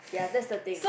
ya that's the thing